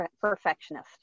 perfectionist